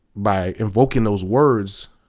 by invoking those words.